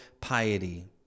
piety